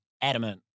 adamant